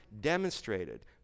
demonstrated